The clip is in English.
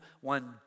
one